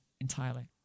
entirely